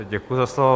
Děkuji za slovo.